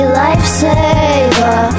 lifesaver